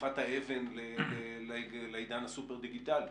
מתקופת האבן לעידן הסופר דיגיטלי.